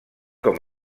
com